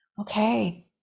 Okay